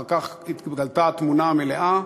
אחר כך התגלתה התמונה המלאה,